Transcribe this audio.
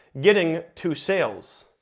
getting two sales.